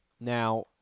now